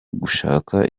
gushaka